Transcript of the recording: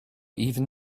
even